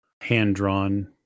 hand-drawn